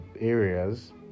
areas